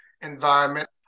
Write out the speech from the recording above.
environment